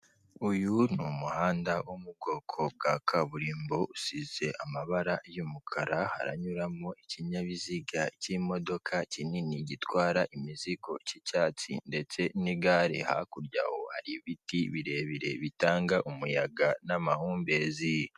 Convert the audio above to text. Uyu ni umuhanda wo mu bwoko bwa kaburimbo usize amabara y'umukara haranyuramo ikinyabiziga cy'imodoka kinini gitwara imizigo cy'icyatsi, ndetse n'igare hakurya hari ibiti birebire bitanga umuyaga n'amahumbezi.